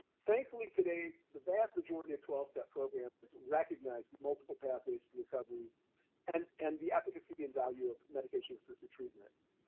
thankfully, today the vast majority of twelve step programs recognize multiple pathways to recovery and, and the efficacy and value of medication-assisted treatment.